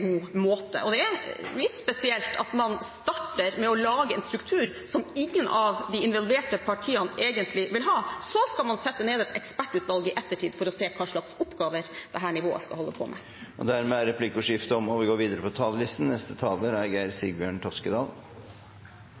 god måte. Det er litt spesielt at man starter med å lage en struktur som ingen av de involverte partiene egentlig vil ha, og så skal man sette ned et ekspertutvalg i ettertid for å se hva slags oppgaver dette nivået skal holde på med. Dermed er replikkordskiftet omme. Dette reformarbeidet har vært en skikkelig arbeidsøkt, for regjering og